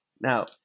Now